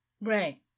Right